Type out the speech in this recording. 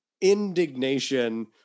indignation